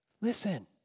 listen